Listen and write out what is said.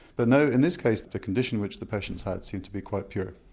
but no, in this case the condition which the patients had seemed to be quite pure.